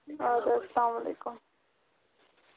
اَدٕ حظ اَسلام علیکُم